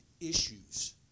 issues